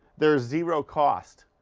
there's zero cost.